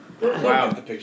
Wow